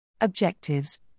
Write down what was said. Objectives